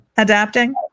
adapting